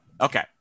Okay